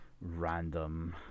random